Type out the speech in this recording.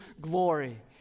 glory